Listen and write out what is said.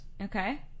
Okay